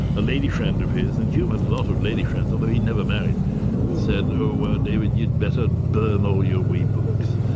a lady friend of his and hume had a lot of lady friends, although he never married said oh ah david, you'd better burn all your wee books',